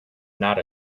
not